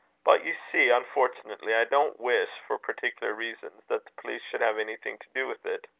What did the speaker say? but you see, unfortunately, i don't wish, for particular reasons, that the police should have anything to do with it.